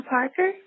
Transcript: Parker